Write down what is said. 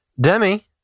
Demi